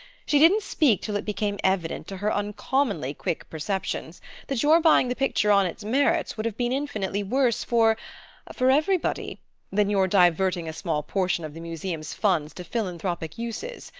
she didn't speak till it became evident to her uncommonly quick perceptions that your buying the picture on its merits would have been infinitely worse for for everybody than your diverting a small portion of the museum's funds to philanthropic uses.